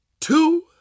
two